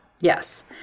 Yes